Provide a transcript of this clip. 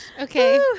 Okay